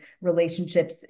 relationships